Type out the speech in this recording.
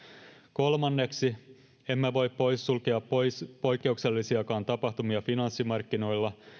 kolmanneksi emme voi sulkea pois poikkeuksellisiakaan tapahtumia finanssimarkkinoilla